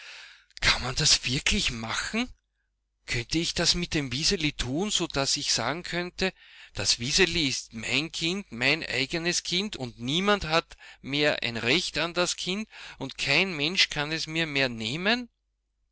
kann man das wirklich machen könnte ich das mit dem wiseli tun so daß ich sagen könnte das wiseli ist mein kind mein eigenes kind und niemand hat mehr ein recht an das kind und kein mensch kann es mir mehr nehmen